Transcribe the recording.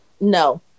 No